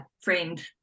friend